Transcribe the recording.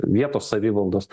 vietos savivaldos